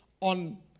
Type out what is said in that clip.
on